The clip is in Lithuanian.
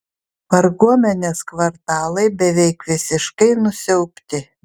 varguomenės kvartalai beveik visiškai nusiaubti